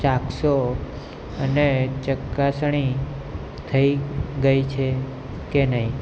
ચકાસો અને ચકાસણી થઈ ગઈ છે કે નહીં